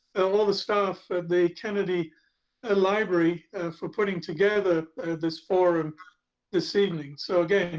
all the staff at the kennedy ah library for putting together this forum this evening. so again,